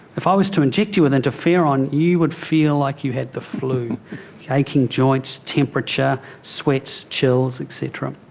if i was to inject you with interferon, you would feel like you had the flu aching joints, temperature, sweats, chills, et cetera.